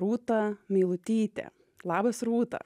rūta meilutytė labas rūta